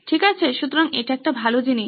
ঠিক আছে সুতরাং এটা একটা ভালো জিনিস